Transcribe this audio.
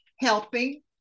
helping